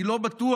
אני לא בטוח,